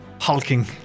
hulking